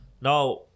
now